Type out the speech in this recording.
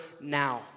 now